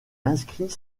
inscrit